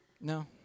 No